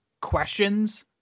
questions